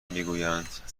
میگویند